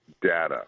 data